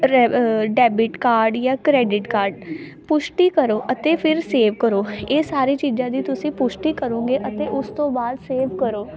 ਰੈਵ debit card ਜਾਂ credit card ਪੁਸ਼ਟੀ ਕਰੋ ਅਤੇ ਫਿਰ ਸੇਵ ਕਰੋ ਇਹ ਸਾਰੀਆਂ ਚੀਜ਼ਾਂ ਦੀ ਤੁਸੀਂ ਪੁਸ਼ਟੀ ਕਰੋਗੇ ਅਤੇ ਉਸ ਤੋਂ ਬਾਅਦ ਸੇਵ ਕਰੋ